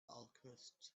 alchemist